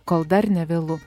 kol dar nevėlu